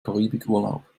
karibikurlaub